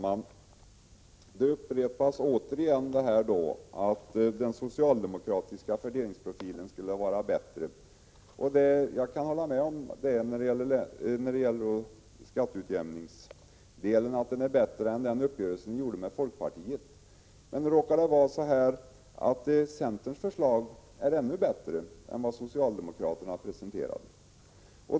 Herr talman! Magnus Persson upprepar på nytt att det socialdemokratiska förslaget skulle ha en bättre fördelningprofil. Jag kan hålla med om att i skatteutjämningsdelen är det bättre än den uppgörelse som ni gjorde med folkpartiet. Men nu råkar det vara så att centerns förslag är ännu bättre än det socialdemokraterna presenterade.